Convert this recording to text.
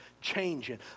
changing